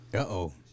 Uh-oh